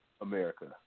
America